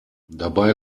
dabei